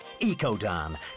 EcoDan